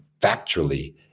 factually